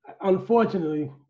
unfortunately